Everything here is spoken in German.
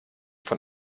von